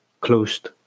closed